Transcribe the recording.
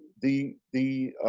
the the